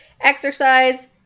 Exercise